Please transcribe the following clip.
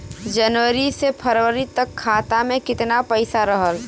जनवरी से फरवरी तक खाता में कितना पईसा रहल?